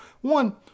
one